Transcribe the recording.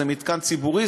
זה מתקן ציבורי,